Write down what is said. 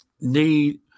need